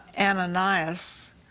Ananias